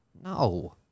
No